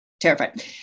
terrified